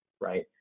right